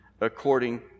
according